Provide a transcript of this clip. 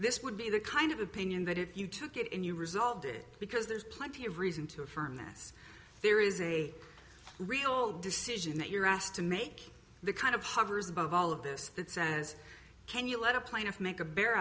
this would be the kind of opinion that if you took it and you resolved it because there's plenty of reason to affirm this there is a real decision that you're asked to make the kind of hovers above all of this that says can you let a plaintiff make a b